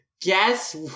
guess